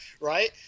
Right